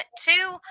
two